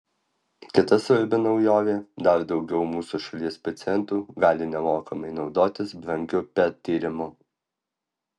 kita svarbi naujovė dar daugiau mūsų šalies pacientų gali nemokamai naudotis brangiu pet tyrimu